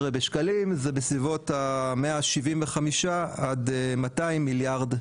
בשקלים זה בסביבות 175-200 מיליארד שקלים.